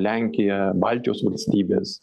lenkija baltijos valstybės